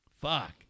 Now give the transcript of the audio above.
fuck